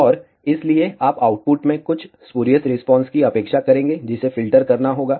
और इसलिए आप आउटपुट में कुछ स्पूरियस रिस्पांस की अपेक्षा करेंगे जिसे फ़िल्टर करना होगा